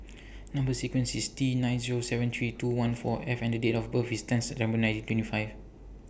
Number sequence IS T nine Zero seven three two one four F and Date of birth IS ten September nineteen twenty five